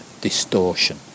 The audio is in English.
distortion